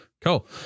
Cool